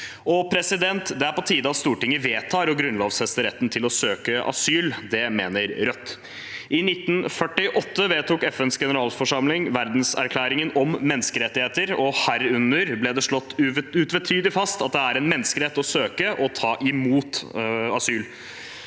Grunnloven. Det er på tide at Stortinget vedtar å grunnlovfeste retten til å søke asyl. Det mener Rødt. I 1948 vedtok FNs generalforsamling Verdenserklæringen om menneskerettigheter, og herunder ble det slått utvetydig fast at det er en menneskerett å søke og ta imot asyl